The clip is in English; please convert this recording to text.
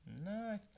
no